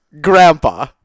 Grandpa